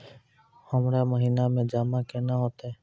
हमरा महिना मे जमा केना हेतै?